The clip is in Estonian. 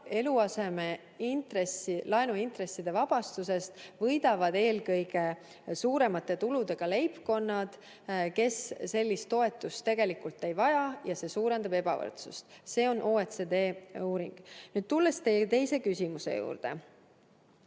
eluasemelaenu intresside vabastusest võidavad eelkõige suuremate tuludega leibkonnad, kes sellist toetust tegelikult ei vaja, ja see suurendab ebavõrdsust. See on OECD uuring. Tulles nüüd teie teise küsimuse juurde,